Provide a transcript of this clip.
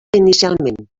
inicialment